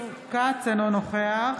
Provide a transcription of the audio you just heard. אינו נוכח